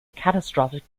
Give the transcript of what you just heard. catastrophic